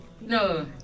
No